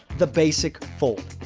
the basic fold.